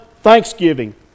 Thanksgiving